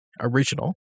original